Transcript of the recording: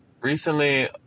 Recently